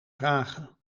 vragen